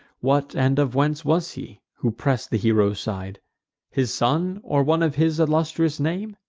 what and of whence was he, who press'd the hero's side his son, or one of his illustrious name?